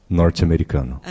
norte-americano